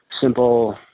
simple